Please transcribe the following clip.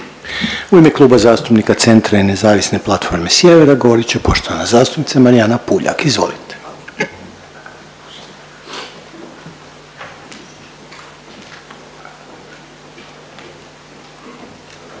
U ime Kluba zastupnika Centra i Nezavisne platforme Sjevera govorit će poštovana zastupnica Marijana Puljak, izvolite.